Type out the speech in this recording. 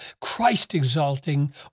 Christ-exalting